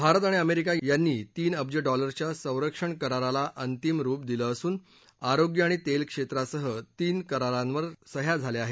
भारत आणि अमेरिका यांनी तीन अब्ज डॉलर्सच्या संरक्षण कराराला अंतिम रूप दिलं असून आरोग्य आणि तेल क्षेत्रासह तीन करारांवर सह्या झाल्या आहेत